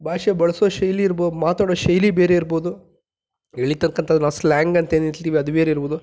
ಭಾಷೆ ಬಳಸೋ ಶೈಲಿ ಇರ್ಬೋದು ಮಾತಾಡೋ ಶೈಲಿ ಬೇರೆ ಇರ್ಬೋದು ಹೇಳಿರ್ತಕ್ಕಂಥ ನಾವು ಸ್ಲ್ಯಾಂಗ್ ಅಂತ ಏನು ಹೇಳ್ತೀವಿ ಅದು ಬೇರೆ ಇರ್ಬೋದು